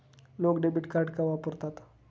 लोक debit card का वापरतात?